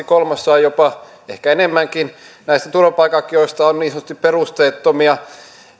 kolmasosaa jopa ehkä enemmänkin näistä turvapaikanhakijoista on niin sanotusti perusteettomia